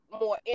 more